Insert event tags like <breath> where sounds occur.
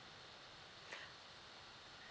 <breath>